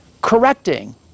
correcting